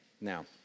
now